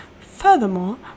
Furthermore